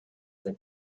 that